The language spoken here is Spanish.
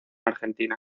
argentina